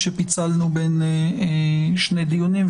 כשפיצלנו לשני דיונים,